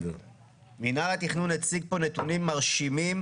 מינהל התכנון הציג פה נתונים מרשימים